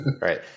Right